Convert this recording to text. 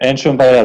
אין שום בעיה.